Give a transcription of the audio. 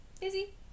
busy